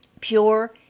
Pure